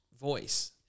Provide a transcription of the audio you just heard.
voice